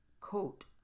coat